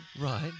Right